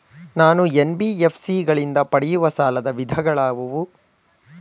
ನಾನು ಎನ್.ಬಿ.ಎಫ್.ಸಿ ಗಳಿಂದ ಪಡೆಯುವ ಸಾಲದ ವಿಧಗಳಾವುವು?